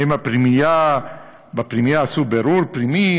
האם בפנימייה עשו בירור פנימי?